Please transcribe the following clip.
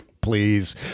please